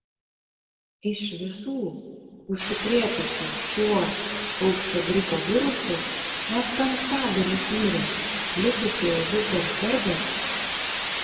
iš visų užsikrėtusių šiuo paukščių gripo virusu net penktadalis mirė likusieji vis dar serga